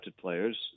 players